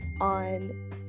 on